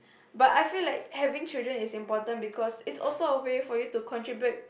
but I feel like having children is important because it's also a way for you to contribute